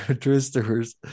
Twister's